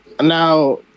Now